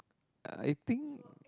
I think